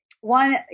one